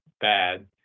bad